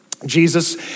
Jesus